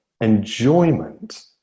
enjoyment